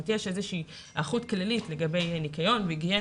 יש איזושהי היערכות כללית לגבי ניקיון והיגיינה